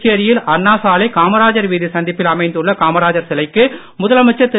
புதுச்சேரியில் அண்ணா சாலை நேரு வீதி சந்திப்பில் அமைந்துள்ள காமராஜர் சிலைக்கு முதலமைச்சர் திரு